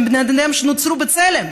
שהם בני אדם שנוצרו בצלם,